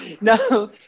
No